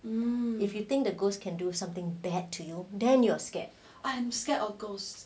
if you think the ghost can do something bad to you then you're scared